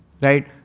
right